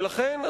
ולכן,